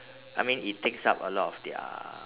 I mean it takes up a lot of their